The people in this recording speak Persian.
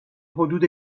حدود